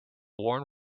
worn